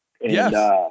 Yes